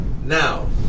Now